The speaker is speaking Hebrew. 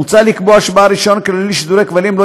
מוצע לקבוע שבעל רישיון כללי לשידורי כבלים לא